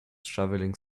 shoveling